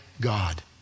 God